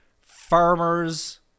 Farmers